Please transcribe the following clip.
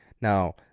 Now